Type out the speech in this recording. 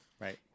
Right